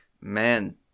man